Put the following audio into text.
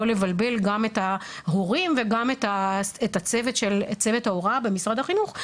לבלבל גם את ההורים וגם צוות ההוראה במשרד החינוך,